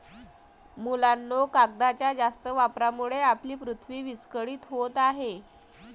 मुलांनो, कागदाच्या जास्त वापरामुळे आपली पृथ्वी विस्कळीत होत आहे